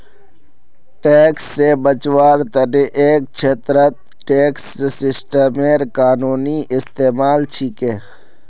tax से बचवार तने एक छेत्रत टैक्स सिस्टमेर कानूनी इस्तेमाल छिके